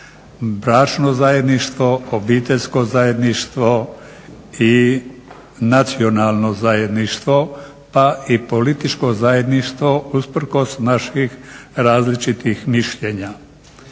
Bračno zajedništvo, obiteljsko zajedništvo i nacionalno zajedništvo pa i političko zajedništvo usprkos naših različitih mišljenja.